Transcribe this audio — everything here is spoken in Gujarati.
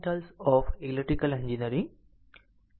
તો સ્વાગત છે